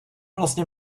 vlastně